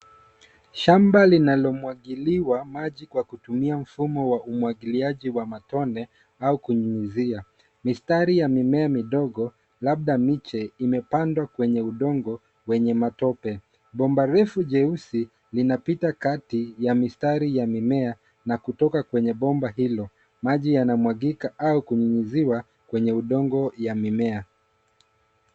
Shamba linalomwagiliwa maji kwa kutumia mfumo wa umwagiliaji wa matone au kunyunyizia. Mistari ya mimea midogo, labda miche, imepandwa kwenye udongo wenye matope. Bomba refu jeusi linapita kati ya mistari ya mimea na kutoka kwenye bomba hilo. Maji yanamwagika au kunyunyiziwa kwenye udongo ya mimea.